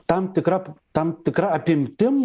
tam tikra tam tikra apimtim